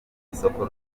isoko